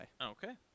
Okay